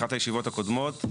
באחת הישיבות הקודמות.